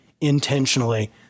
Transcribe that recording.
intentionally